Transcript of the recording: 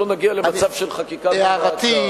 שלא נגיע למצב של חקיקה לאלתר.